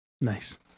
Nice